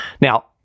Now